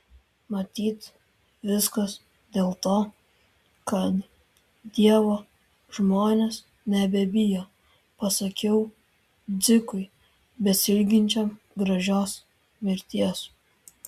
matyt viskas dėl to kad dievo žmonės nebebijo pasakiau dzikui besiilginčiam gražios mirties